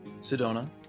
sedona